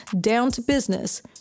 down-to-business